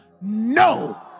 no